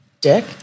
Dick